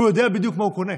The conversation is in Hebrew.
הוא יודע בדיוק מה הוא קונה,